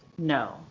No